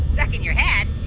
stuck in your head,